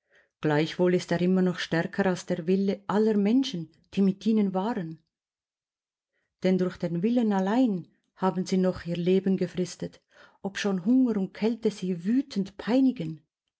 gleichwohl ist er immer noch stärker als der wille aller menschen die mit ihnen waren denn durch den willen allein haben sie noch ihr leben gefristet obschon hunger und kälte sie wütend peinigen